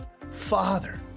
Father